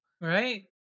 right